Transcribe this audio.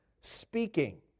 speaking